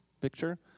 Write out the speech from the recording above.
picture